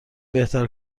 بهتر